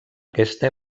aquesta